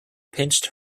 pinched